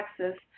Texas